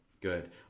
Good